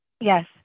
Yes